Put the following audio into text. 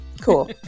Cool